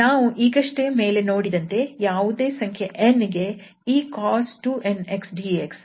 ನಾವು ಈಗಷ್ಟೇ ಮೇಲೆ ನೋಡಿದಂತೆ ಯಾವುದೇ ಸಂಖ್ಯೆ 𝑛 ಗೆ ಈ cos 2𝑛𝑥 𝑑𝑥 ಇದರ ಮೌಲ್ಯ 0 ಆಗುತ್ತದೆ